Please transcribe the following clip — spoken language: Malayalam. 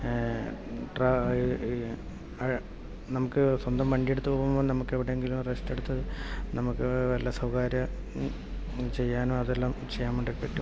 ട്രാ നമുക്ക് സ്വന്തം വണ്ടിയെടുത്തു പോകുമ്പോൾ നമുക്ക് എവിടെയെങ്കിലും റെസ്റ്റെടുത്ത് നമുക്ക് വല്ല സ്വകാര്യ ചെയ്യാനോ അതെല്ലാം ചെയ്യാൻ വേണ്ടി പറ്റും